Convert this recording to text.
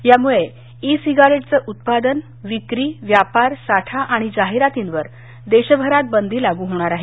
यामुळे ई सिगारेटचं उत्पादन विक्री व्यापार साठा आणि जाहिरातींवर देशभरात बंदी लागू होणार आहे